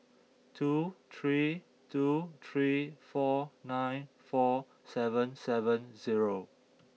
two three two three four nine four seven seven zero